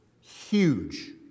Huge